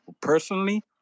Personally